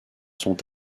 sont